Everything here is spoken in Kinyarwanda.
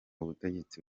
ubutegetsi